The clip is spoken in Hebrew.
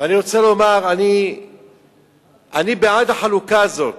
ואני רוצה לומר, אני בעד החלוקה הזאת,